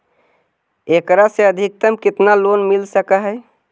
एकरा से अधिकतम केतना लोन मिल सक हइ?